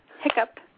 hiccup